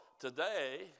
today